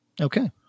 Okay